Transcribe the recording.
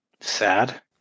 sad